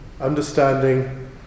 understanding